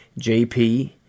JP